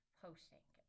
posting